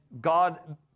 God